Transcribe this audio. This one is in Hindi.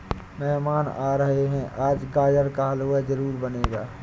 मेहमान आ रहे है, आज गाजर का हलवा जरूर बनेगा